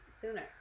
sooner